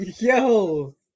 Yo